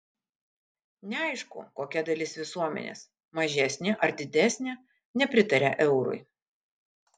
neaišku kokia dalis visuomenės mažesnė ar didesnė nepritaria eurui